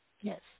Yes